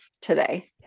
today